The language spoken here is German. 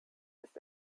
ist